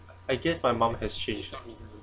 I guess my mum has changed